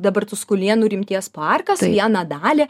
dabar tuskulėnų rimties parkas vieną dalį